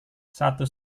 satu